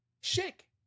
shake